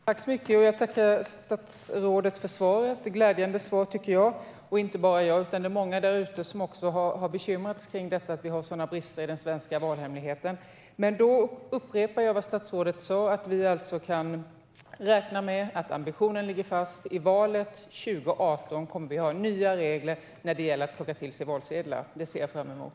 Herr talman! Jag tackar statsrådet för svaret. Det är ett glädjande svar, och det är inte bara jag som tycker det, utan det är många där ute som också har bekymrat sig över att vi har sådana brister i den svenska valhemligheten. Jag upprepar vad statsrådet sa: Vi kan alltså räkna med att ambitionen ligger fast att vi i valet 2018 kommer att ha nya regler när det gäller att plocka till sig valsedlar. Det ser jag fram emot.